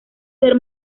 ser